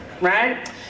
right